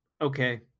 Okay